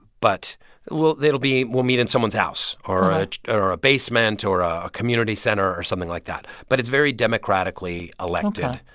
but we'll it'll be we'll meet in someone's house or ah or a basement or a community center or something like that. but it's very democratically elected.